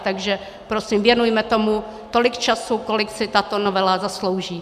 Takže prosím, věnujme tomu tolik času, kolik si tato novela zaslouží.